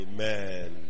Amen